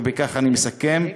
ובכך אני מסכם,